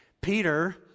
Peter